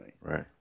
Right